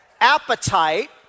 Appetite